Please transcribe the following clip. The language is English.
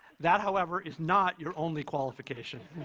that, however, is not your only qualification.